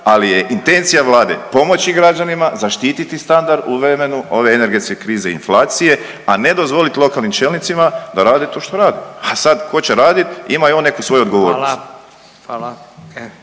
ali je intencija vlade pomoći građanima, zaštiti standard u vremenu ove energetske krize i inflacije, a ne dozvolit lokalnim čelnicima da rade to što rade. A sad, tko će radit ima i on neku svoju odgovornost.